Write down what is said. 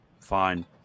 fine